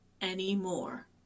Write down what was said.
anymore